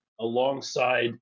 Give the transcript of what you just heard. alongside